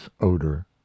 odor